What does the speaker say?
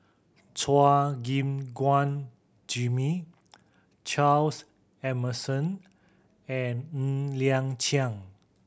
Chua Gim Guan Jimmy Charles Emmerson and Ng Liang Chiang